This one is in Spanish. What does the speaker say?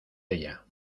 ella